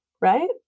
right